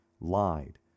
lied